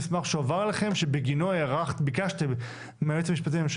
שריר וקיים ביחס לאותם קשיים.